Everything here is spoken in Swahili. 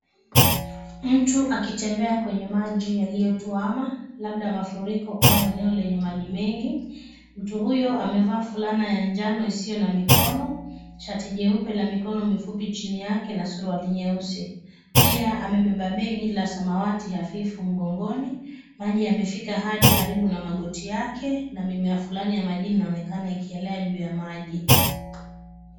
Mtu akitembea kwenye maji yaliotuama labda mafuriko au eneo lenye maji mengi. Mtu huyo amevaa fulana ya njano isiyo na mikono, shati jeupe la mikono mifupi, chini yake na suruali nyeusi. Pia amebeba begi la samawati hafifu mgongoni maji yamefika hadi karibu ,na magoti yake na mimea fulani inaonekana ikielea juu ya maji.